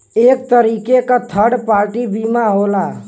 एक तरीके क थर्ड पार्टी बीमा होला